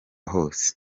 hose